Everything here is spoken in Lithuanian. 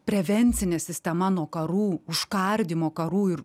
prevencinė sistema nuo karų užkardymo karų ir